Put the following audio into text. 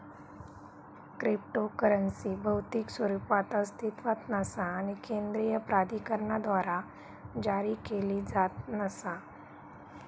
cryptocurrency भौतिक स्वरूपात अस्तित्वात नसा आणि केंद्रीय प्राधिकरणाद्वारा जारी केला जात नसा